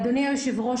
אדוני היושב-ראש,